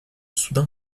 soudain